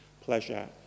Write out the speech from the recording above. pleasure